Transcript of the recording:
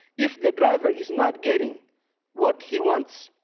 if the driver is not getting what he wants.